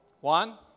One